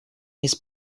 his